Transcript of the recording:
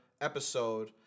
episode